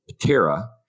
patera